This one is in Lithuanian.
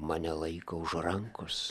mane laiko už rankos